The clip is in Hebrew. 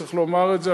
צריך לומר את זה,